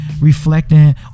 reflecting